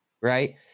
right